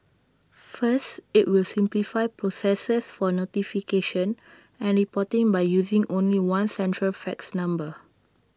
first IT will simplify processes for notification and reporting by using only one central fax number